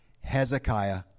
Hezekiah